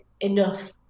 enough